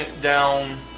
down